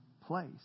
place